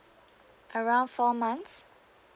around four months